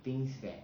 things that